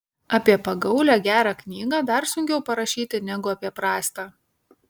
apie pagaulią gerą knygą dar sunkiau parašyti negu apie prastą